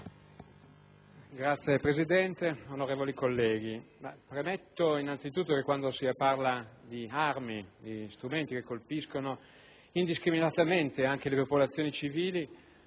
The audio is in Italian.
Signora Presidente, onorevoli colleghi, premetto innanzitutto che quando si parla di armi, di strumenti che colpiscono indiscriminatamente anche le popolazioni civili,